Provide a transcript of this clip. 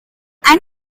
and